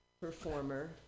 performer